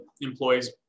employees